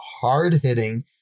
hard-hitting